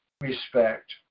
respect